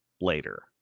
later